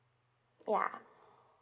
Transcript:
ya